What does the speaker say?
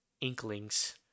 Inklings